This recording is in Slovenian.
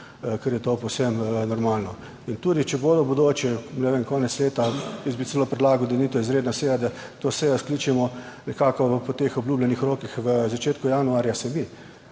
ker je to povsem normalno. In tudi če bodo v bodoče, ne vem, konec leta, jaz bi celo predlagal, da ni to izredna seja, da to sejo skličemo nekako po teh obljubljenih rokih v začetku januarja se